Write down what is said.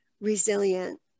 Resilient